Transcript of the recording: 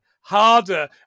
harder